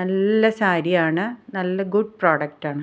നല്ല സാരിയാണ് നല്ല ഗുഡ് പ്രോഡക്റ്റാണ്